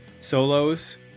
solos